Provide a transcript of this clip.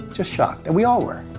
just shocked. and we all were,